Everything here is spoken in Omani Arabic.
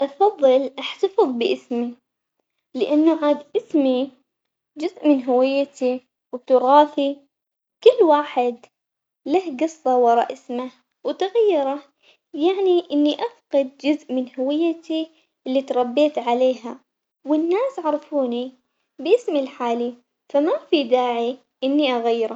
أفضل أحتفظ باسمي لأنه عاد اسمي جزء من هويتي وتراثي، كل واحد له قصة ورا اسمه وتغييره يعني إني أفقد جزء من هويتي اللي تربيت عليها والناس عرفوني باسمي الحالي، فما في داعي إني أغيره.